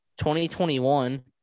2021